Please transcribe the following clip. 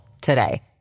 today